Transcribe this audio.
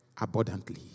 abundantly